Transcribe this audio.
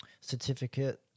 certificate